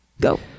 Go